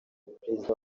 perezida